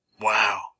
Wow